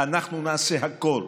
אנחנו נעשה הכול,